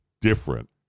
different